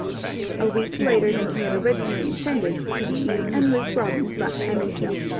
a week later than he had originally intended he and luke robbins left emmonsville.